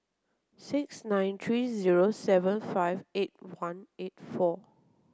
six nine three zero seven five eight one eight four